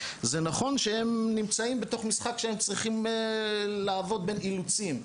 זה נכון שהם נמצאים במשחק שהם צריכים לעבוד בין אילוצים.